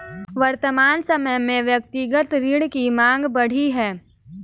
वर्तमान समय में व्यक्तिगत ऋण की माँग बढ़ी है